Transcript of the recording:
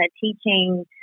teaching